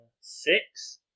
Six